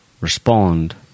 respond